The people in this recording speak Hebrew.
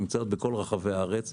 נמצאות בכל רחבי הארץ,